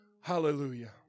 Hallelujah